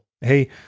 Hey